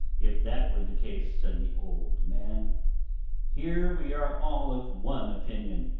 if that were the case, said the old man here we are all of one opinion,